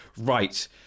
Right